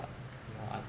when I don't